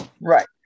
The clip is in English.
right